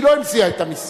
היא לא המציאה את המשרד.